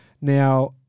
Now